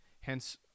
Hence